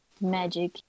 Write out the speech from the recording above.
magic